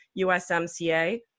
USMCA